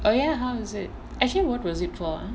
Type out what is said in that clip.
oh ya how was it actually what was it floor